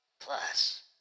Plus